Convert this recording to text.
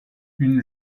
une